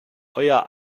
euer